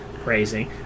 Crazy